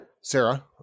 Sarah